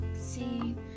see